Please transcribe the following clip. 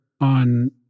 on